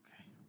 Okay